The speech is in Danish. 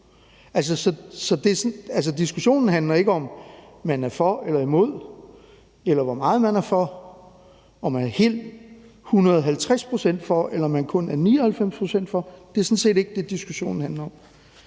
Så diskussionen handler ikke om, om man er for eller imod, eller om, hvor meget man er for, om man er 150 pct. for, eller om man kun er 99 pct. for. Det er sådan set ikke det, diskussionen handler om.